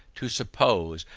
to suppose,